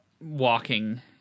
walking